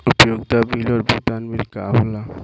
उपयोगिता बिल और भुगतान बिल का होला?